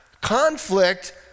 Conflict